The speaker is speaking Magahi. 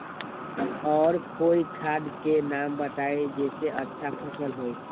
और कोइ खाद के नाम बताई जेसे अच्छा फसल होई?